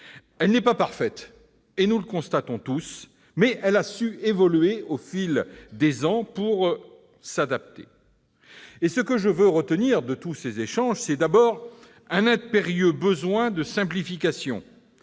Elle n'est pas parfaite, nous le constatons tous, mais elle a su évoluer au fil des années pour s'adapter. Ce que je retiens de ces échanges, c'est d'abord un impérieux besoin de simplification.